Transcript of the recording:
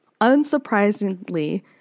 Unsurprisingly